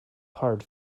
hard